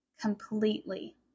completely